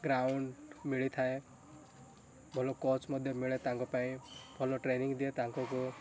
ground ମିଳିଥାଏ ଭଲ coach ମଧ୍ୟ ମିଳେ ତାଙ୍କ ପାଇଁ ଭଲ ଟ୍ରେନିଂ ଦିଏ ତାଙ୍କୁକୁ